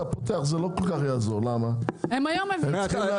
פותח זה לא כל כך יעזור כי צריך להשקיע.